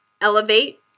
elevate